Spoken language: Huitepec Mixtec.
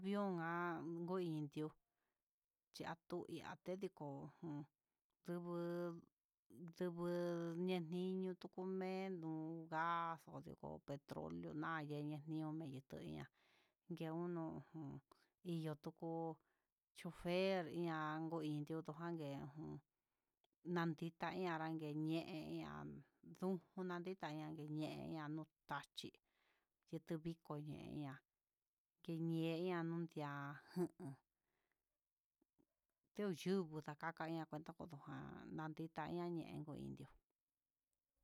Bion ngan kuu indió yatuu y akediko'ó, jun nduvu nduvu ñenino tukuu me'en ndu gas kudiko petrolio, nayeni niomen tuña'a ndeumo, ihó tuku chofer ihan ndo indio tukangen, un ndadita iin anrangue ñe'e ña'á ndujuna nanditaña ndeñee ña'a nuu tachí itriko ñeñá, kinieña ña'a nduyuu ndakakaña cuenta kodukuja naditan nañee kuu indió.